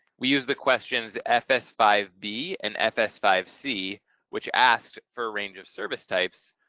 we use the questions f s five b and f s five c which asked for a range of service types,